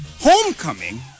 homecoming